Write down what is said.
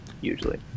usually